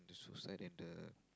the suicide and the